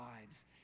lives